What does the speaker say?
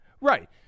Right